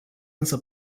însă